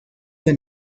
the